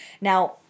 Now